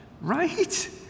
Right